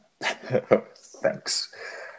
Thanks